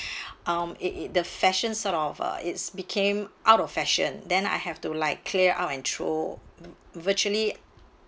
um it it the fashion sort of uh it's became out of fashion then I have to like clear out and throw virtually